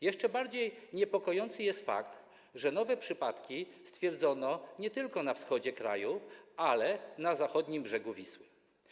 Jeszcze bardziej niepokojący jest fakt, że nowe przypadki stwierdzono nie tylko na wschodzie kraju, ale na zachodnim brzegu Wisły.